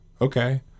Okay